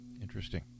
Interesting